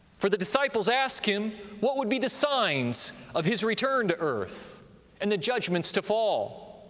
for the disciples asked him what would be the signs of his return to earth and the judgments to fall.